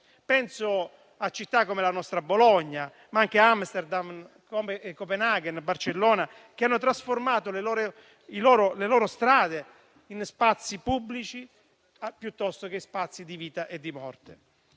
Penso a città come la nostra Bologna, ma anche a Amsterdam, Copenaghen e Barcellona, che hanno trasformato le loro strade in spazi pubblici invece che spazi di vita e di morte.